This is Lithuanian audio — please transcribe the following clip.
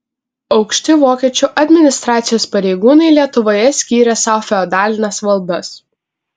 aukšti vokiečių administracijos pareigūnai lietuvoje skyrė sau feodalines valdas